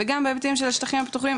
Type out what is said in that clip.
וגם בהיבטים של השטחים הפתוחים,